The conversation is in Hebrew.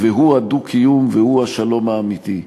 והוא הדו-קיום והוא השלום האמיתי.